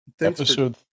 episode